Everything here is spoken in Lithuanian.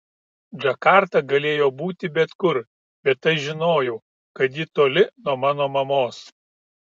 džakarta galėjo būti bet kur bet aš žinojau kad ji toli nuo mano mamos